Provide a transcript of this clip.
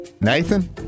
Nathan